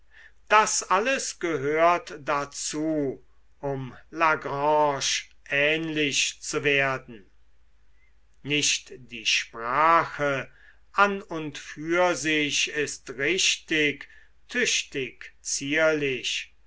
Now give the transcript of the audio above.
das alles gehört dazu um la grange ähnlich zu werden nicht die sprache an und für sich ist richtig tüchtig zierlich